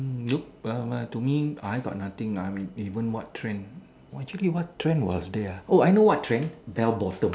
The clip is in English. mm look where where to me I got nothing nah I mean even what trend actually what trend was there ah I know what trend bell bottom